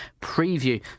preview